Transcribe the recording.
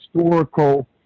historical